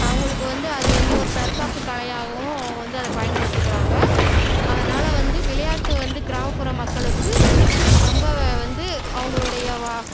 அவங்களுக்கு வந்து அது வந்து ஒரு தற்காப்பு கலையாகவும் அவங்க வந்து அதை பயன்படுத்திக்கிறாங்க அதனால் வந்து விளையாட்டு வந்து கிராமப்புற மக்களுக்கு ரொம்ப வந்து அவங்களுடைய வா